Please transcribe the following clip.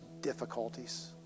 difficulties